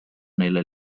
neile